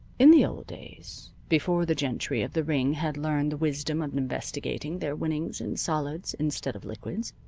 in the old days, before the gentry of the ring had learned the wisdom of investing their winnings in solids instead of liquids,